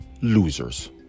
Losers